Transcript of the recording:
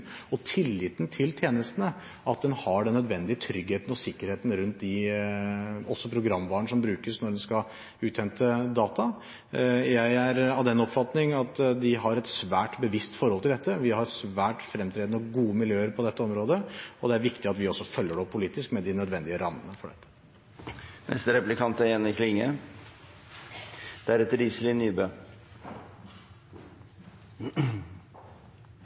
og tilliten til tjenestene at en har den nødvendige tryggheten og sikkerheten også rundt programvaren som brukes når en skal hente ut data. Jeg er av den oppfatning at de har et svært bevisst forhold til dette. Vi har svært fremtredende og gode miljøer på dette området, og det er viktig at vi også følger det opp politisk, med de nødvendige rammene for dette. I denne saka har Senterpartiet vore særleg oppteke av temaet «domstolskontroll», at det er